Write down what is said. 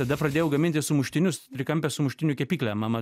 tada pradėjau gaminti sumuštinius trikampę sumuštinių kepyklę mama